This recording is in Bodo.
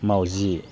माउजि